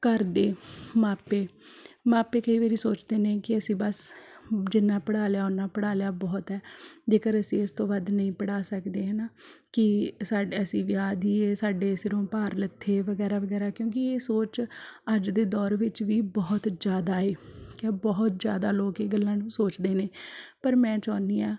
ਘਰ ਦੇ ਮਾਪੇ ਮਾਪੇ ਕਈ ਵਾਰੀ ਸੋਚਦੇ ਨੇ ਕਿ ਅਸੀਂ ਬਸ ਜਿੰਨਾ ਪੜ੍ਹਾ ਲਿਆ ਓਨਾ ਪੜ੍ਹਾ ਲਿਆ ਬਹੁਤ ਹੈ ਜੇਕਰ ਅਸੀਂ ਉਸ ਤੋਂ ਵੱਧ ਨਹੀਂ ਪੜ੍ਹਾ ਸਕਦੇ ਹੈ ਨਾ ਕਿ ਸਾਡੇ ਅਸੀਂ ਵਿਆਹ ਦੀ ਏ ਸਾਡੇ ਸਿਰੋਂ ਭਾਰ ਲੱਥੇ ਵਗੈਰਾ ਵਗੈਰਾ ਕਿਉਂਕਿ ਇਹ ਸੋਚ ਅੱਜ ਦੇ ਦੌਰ ਵਿੱਚ ਵੀ ਬਹੁਤ ਜ਼ਿਆਦਾ ਏ ਕਿ ਬਹੁਤ ਜ਼ਿਆਦਾ ਲੋਕ ਇਹ ਗੱਲਾਂ ਨੂੰ ਸੋਚਦੇ ਨੇ ਪਰ ਮੈਂ ਚਾਹੁੰਦੀ ਹਾਂ